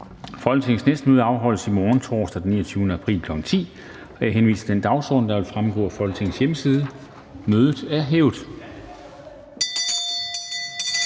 Folketingets næste møde afholdes i morgen, torsdag den 29. april 2021, kl. 10.00. Jeg henviser til den dagsorden, der vil fremgå af Folketingets hjemmeside. Mødet er hævet.